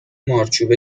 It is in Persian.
مارچوبه